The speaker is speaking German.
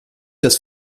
das